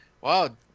wow